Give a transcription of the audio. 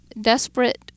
desperate